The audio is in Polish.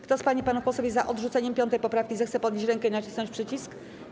Kto z pań i panów posłów jest za odrzuceniem 5. poprawki, zechce podnieść rękę i nacisnąć przycisk.